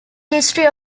history